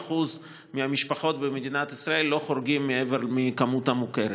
כ-70% מהמשפחות במדינת ישראל לא חורגות מהכמות המוכרת.